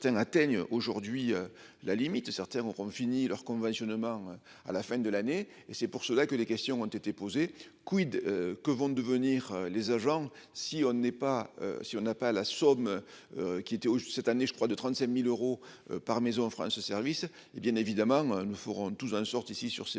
certains atteignent aujourd'hui la limite certains auront fini leur conventionnement à la fin de l'année et c'est pour cela que les questions ont été posées quid. Que vont devenir les agents si on n'est pas si on n'a pas la somme. Qui était cette année je crois de 35.000 euros par maison. Ce service,